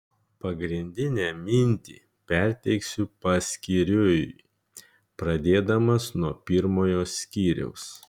pagrindinę mintį perteiksiu paskyriui pradėdamas nuo pirmojo skyriaus